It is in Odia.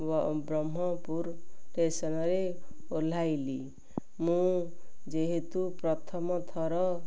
ବ୍ରହ୍ମପୁର ଷ୍ଟେସନ୍ରେ ଓହ୍ଳାଇଲି ମୁଁ ଯେହେତୁ ପ୍ରଥମ ଥର